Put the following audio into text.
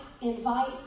invite